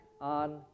on